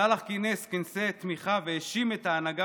סלאח כינס כנסי תמיכה והאשים את ההנהגה